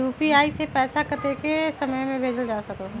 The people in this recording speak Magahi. यू.पी.आई से पैसा कतेक समय मे भेजल जा स्कूल?